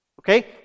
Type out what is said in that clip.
Okay